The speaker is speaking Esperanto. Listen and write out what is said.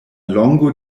longo